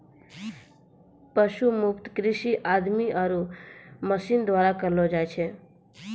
पशु मुक्त कृषि आदमी आरो मशीन द्वारा करलो जाय छै